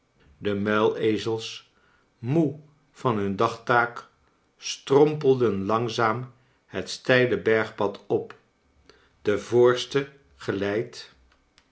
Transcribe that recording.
de muilezels moe van hun dagtaak strompelden langzaam het steile bergpad op de voorste geleid